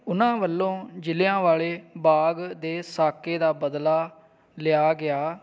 ਉਹਨਾਂ ਵੱਲੋਂ ਜਿਲ੍ਹਿਆਂਵਾਲੇ ਬਾਗ ਦੇ ਸਾਕੇ ਦਾ ਬਦਲਾ ਲਿਆ ਗਿਆ